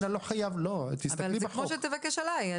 זה כמו שתבקש עליי.